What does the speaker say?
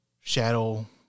shadow